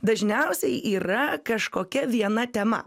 dažniausiai yra kažkokia viena tema